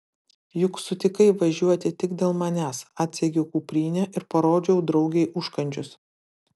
juk sutikai važiuoti tik dėl manęs atsegiau kuprinę ir parodžiau draugei užkandžius